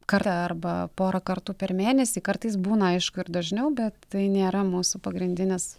kartą arba porą kartų per mėnesį kartais būna aišku ir dažniau bet tai nėra mūsų pagrindinis